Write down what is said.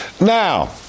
Now